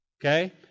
Okay